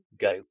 go